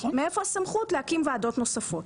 מאיפה הסמכות להקים ועדות נוספות?